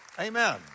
Amen